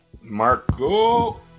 Marco